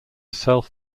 self